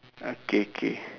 okay K